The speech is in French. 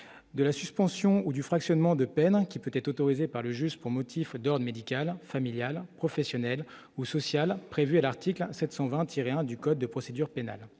de la suspension ou du fractionnement de paiement qui peut être autorisée par le juge pour motif odeur médicale, familiale, professionnelle ou sociale prévue à l'article 720 26 rien du Code de procédure pénale